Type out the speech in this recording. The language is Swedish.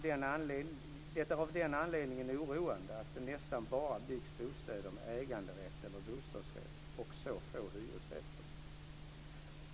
Det är av den anledningen oroande att det nästan bara byggs bostäder med äganderätt eller bostadsrätt och så få hyresrätter.